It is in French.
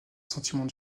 sentiment